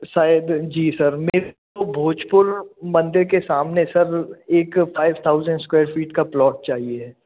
शायद जी सर मेरे को भोजपुर मंदिर के सामने सर एक फाइव थाउजेंड स्क्वेयर फिट का प्लॉट चाहिए है